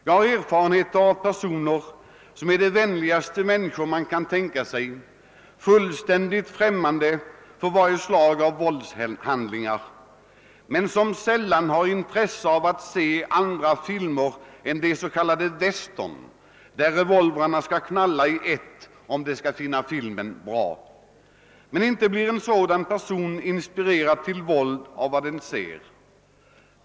Jag känner personer som är de vänligaste människor man kan tänka sig och fullständigt främmande för varje slag av våldshandling men som sällan har intresse av att se andra filmer än s.k. western där revolvrarna skall knalla i ett, om de skall finna filmen bra. Men inte blir en sådan person inspirerad till våld av vad han ser.